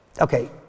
Okay